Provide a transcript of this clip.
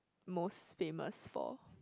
most famous for